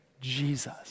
Jesus